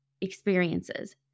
experiences